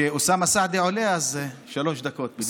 כשאוסאמה סעדי עולה אז שלוש דקות בדיוק.